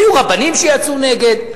היו רבנים שיצאו נגד.